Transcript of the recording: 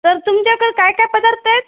तर तुमच्याकडे काय काय पदार्थ आहेत